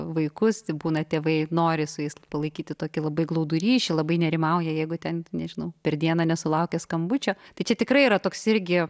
vaikus tai būna tėvai nori su jais palaikyti tokį labai glaudų ryšį labai nerimauja jeigu ten nežinau per dieną nesulaukia skambučio tai čia tikrai yra toks irgi